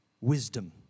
Wisdom